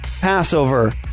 Passover